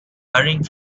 hurrying